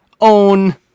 own